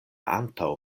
antaŭ